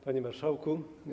Panie Marszałku!